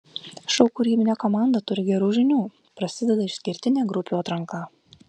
šou kūrybinė komanda turi gerų žinių prasideda išskirtinė grupių atranka